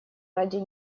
ради